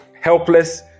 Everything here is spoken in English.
helpless